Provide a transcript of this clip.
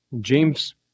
James